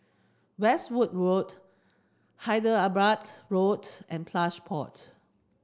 Westwood Road Hyderabad Road and Plush Pot